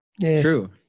True